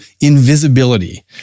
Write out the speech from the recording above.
invisibility